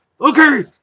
Okay